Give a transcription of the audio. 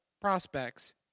prospects